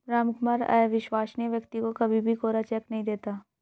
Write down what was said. रामकुमार अविश्वसनीय व्यक्ति को कभी भी कोरा चेक नहीं देता